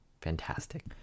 Fantastic